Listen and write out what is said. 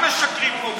גם משקרים פה,